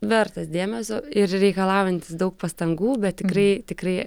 vertas dėmesio ir reikalaujantis daug pastangų bet tikrai tikrai